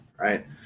right